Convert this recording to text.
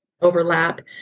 overlap